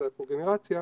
זה הקוגנרציה,